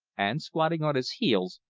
and, squatting on his heels,